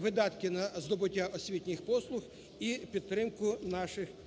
видатки на здобуття освітніх послуг і підтримку наших кращих